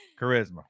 charisma